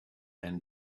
and